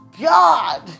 God